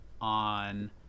on